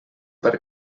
per